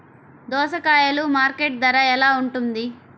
దోసకాయలు మార్కెట్ ధర ఎలా ఉంటుంది?